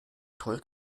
toll